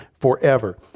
forever